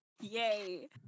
Yay